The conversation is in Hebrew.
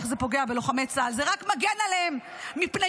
איך זה פוגע בלוחמי צה"ל?